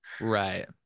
right